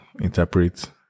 interpret